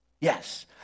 Yes